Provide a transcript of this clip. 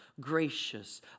gracious